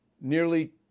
Nearly